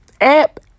app